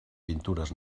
pintures